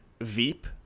Veep